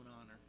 honor